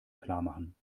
klarmachen